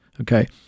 Okay